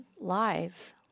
lies